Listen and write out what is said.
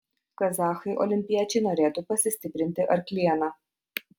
kazachai olimpiečiai norėtų pasistiprinti arkliena